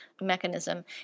mechanism